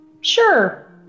Sure